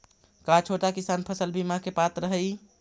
का छोटा किसान फसल बीमा के पात्र हई?